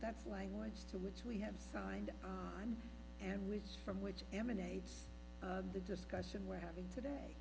that's language to which we have signed on and which from which emanates the discussion we're having today